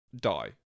die